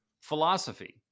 philosophy